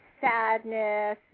sadness